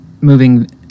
moving